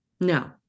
No